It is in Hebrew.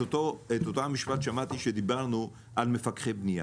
אותו משפט שאמרתי כשדיברנו על מפקחי בנייה